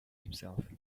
himself